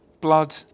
blood